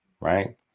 right